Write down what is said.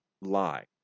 lie